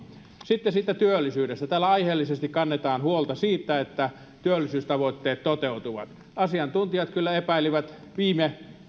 sitten siitä työllisyydestä täällä aiheellisesti kannetaan huolta siitä että työllisyystavoitteet toteutuvat asiantuntijat kyllä epäilivät viime